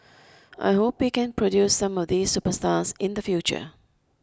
I hope we can produce some of these superstars in the future